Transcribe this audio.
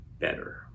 better